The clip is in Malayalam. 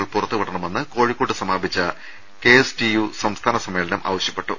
കൾ പുറത്തുവിടണമെന്ന് കോഴിക്കോട്ട് സമാപിച്ച കെ എസ് ടി യു സംസ്ഥാന സമ്മേളനം ആവശ്യപ്പെട്ടു